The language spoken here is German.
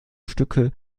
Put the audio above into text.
stücke